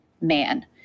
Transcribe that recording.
man